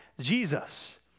Jesus